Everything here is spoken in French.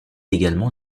également